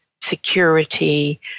security